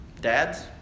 Dads